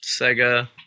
Sega